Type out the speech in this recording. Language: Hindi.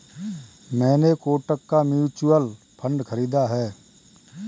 मैंने कोटक का म्यूचुअल फंड खरीदा है